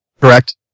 Correct